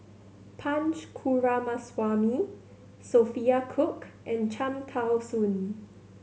Punch Coomaraswamy Sophia Cooke and Cham Tao Soon